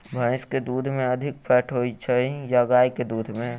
भैंस केँ दुध मे अधिक फैट होइ छैय या गाय केँ दुध में?